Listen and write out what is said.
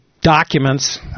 documents